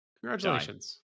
Congratulations